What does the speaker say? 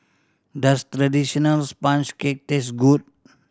does traditional sponge cake taste good